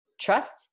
trust